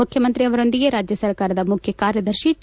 ಮುಖ್ಯಮಂತ್ರಿ ಅವರೊಂದಿಗೆ ರಾಜ್ಯ ಸರ್ಕಾರದ ಮುಖ್ಯಕಾರ್ಯದರ್ಶಿ ಟಿ